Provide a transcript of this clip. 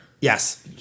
yes